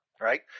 Right